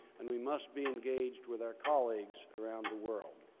and we must be engaged with our colleagues around the world.